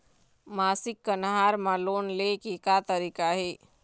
मासिक कन्हार म लोन ले के का तरीका हे?